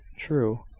true.